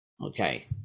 Okay